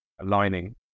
aligning